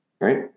right